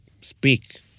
speak